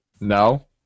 No